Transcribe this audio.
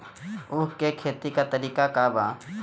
उख के खेती का तरीका का बा?